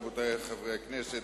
רבותי חברי הכנסת,